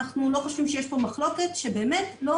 אנחנו לא חושבים שיש פה מחלוקת שבאמת לא